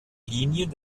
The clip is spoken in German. linien